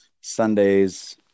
Sundays